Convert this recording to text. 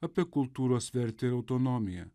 apie kultūros vertę ir autonomiją